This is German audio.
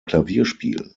klavierspielen